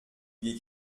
lui